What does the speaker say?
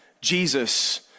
Jesus